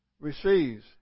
Receives